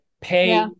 pay